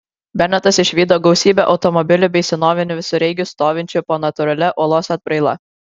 benetas išvydo gausybę automobilių bei senovinių visureigių stovinčių po natūralia uolos atbraila